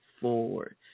forward